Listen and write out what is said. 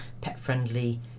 pet-friendly